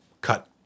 cut